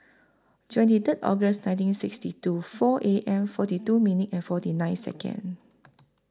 twenty Third August nineteen sixty two four A M forty two minute and forty nine Second